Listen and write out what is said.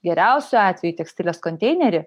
geriausiu atveju į tekstilės konteinerį